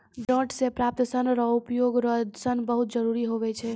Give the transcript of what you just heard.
डांट से प्राप्त सन रो उपयोग रो सन बहुत जरुरी हुवै छै